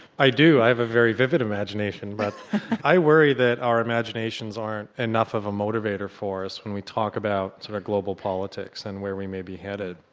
i do, i have a very vivid imagination, but i worry that our imaginations aren't enough of a motivator for us when we talk about sort of global politics and where we may be headed.